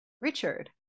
Richard